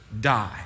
die